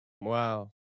Wow